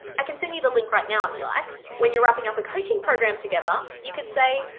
i can send you the link right now, if you like? when you're wrapping up a coaching program together, you could say,